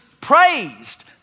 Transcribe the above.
praised